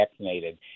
vaccinated